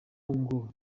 ngo